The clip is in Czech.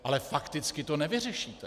Ale fakticky to nevyřešíte.